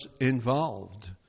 involved